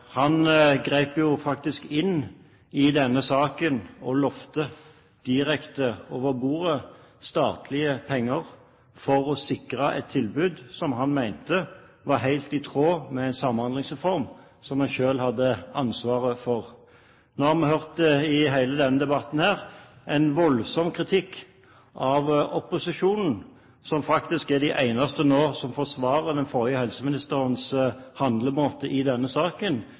faktisk inn i denne saken og lovet direkte over bordet statlige penger for å sikre et tilbud som han mente var helt i tråd med en samhandlingsreform, som han selv hadde ansvaret for. Nå har vi hørt i hele denne debatten en voldsom kritikk av opposisjonen, som faktisk er de eneste som nå forsvarer den forrige helseministerens handlemåte i denne saken,